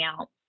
out